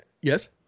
yes